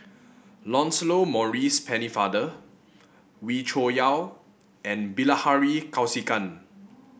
Lancelot Maurice Pennefather Wee Cho Yaw and Bilahari Kausikan